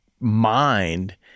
mind